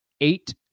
eight